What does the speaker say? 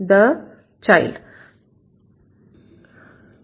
The child